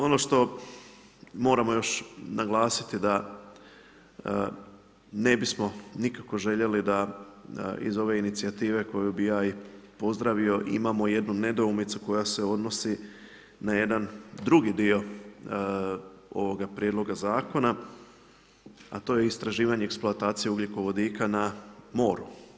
Ono što moramo još naglasiti da ne bismo nikako željeli da iz ove inicijative koju bi ja i pozdravio imamo jednu nedoumicu koja se odnosi na jedan drugi dio ovoga prijedloga zakona, a to je istraživanje eksploatacije ugljikovodika na moru.